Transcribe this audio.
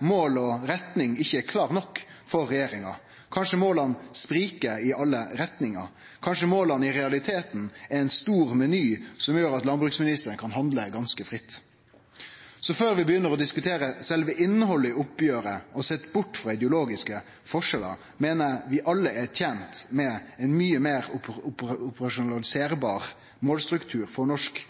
måla og retninga til Stortinget ikkje er klare nok for regjeringa. Kanskje måla sprikjer i alle retningar, kanskje måla i realiteten er ein stor meny som gjer at landbruksministeren kan handle ganske fritt. Før vi begynner å diskutere sjølve innhaldet i oppgjeret, og sett bort frå ideologiske forskjellar, meiner eg vi alle er tente med ein mykje meir operasjonaliserbar målstruktur for norsk